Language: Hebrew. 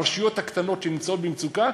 הרשויות הקטנות שנמצאות במצוקה,